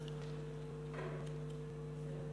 שלפני החורבן.